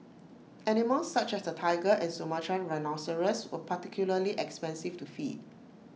animals such as the Tiger and Sumatran rhinoceros were particularly expensive to feed